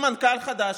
עם מנכ"ל חדש.